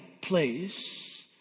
place